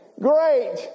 Great